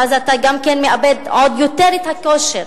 ואז אתה גם מאבד עוד יותר את הכושר,